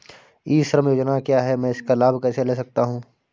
ई श्रम योजना क्या है मैं इसका लाभ कैसे ले सकता हूँ?